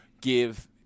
give